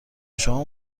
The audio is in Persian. شما